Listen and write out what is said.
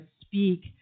speak